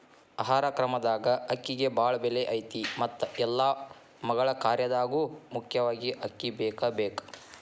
ಆಹಾರ ಕ್ರಮದಾಗ ಅಕ್ಕಿಗೆ ಬಾಳ ಬೆಲೆ ಐತಿ ಮತ್ತ ಎಲ್ಲಾ ಮಗಳ ಕಾರ್ಯದಾಗು ಮುಖ್ಯವಾಗಿ ಅಕ್ಕಿ ಬೇಕಬೇಕ